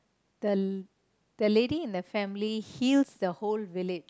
the the lady in the family heals the whole village